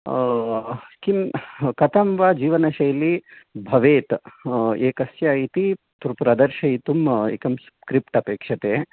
किं कथं वा जीवनशैली भवेत् एकस्य इति प्रदर्शयितुम् एकं स्क्रिप्ट् अपेक्षते